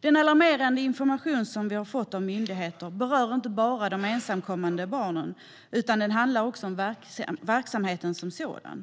Den alarmerande information som vi har fått av myndigheter berör inte bara de ensamkommande barnen. Den handlar också om verksamheten som sådan.